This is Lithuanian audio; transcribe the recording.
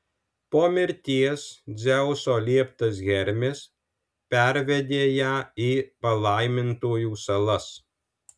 po mirties dzeuso lieptas hermis pervedė ją į palaimintųjų salas